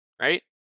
right